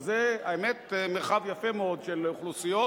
זה, האמת, מרחב יפה מאוד של אוכלוסיות,